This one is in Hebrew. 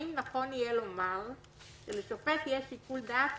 האם נכון יהיה לומר שלשופט יהיה שיקול דעת